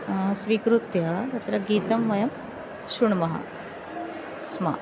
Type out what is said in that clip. स्वीकृत्य तत्र गीतं वयं शृणुमः स्मः